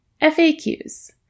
FAQs